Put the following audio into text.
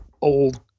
old